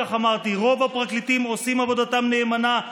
כך אמרתי: רוב הפרקליטים עושים עבודתם נאמנה.